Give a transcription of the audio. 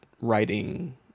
writing